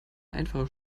einfache